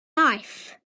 life